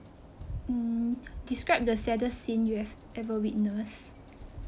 mm describe the saddest scene you've ever witnessed